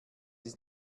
ist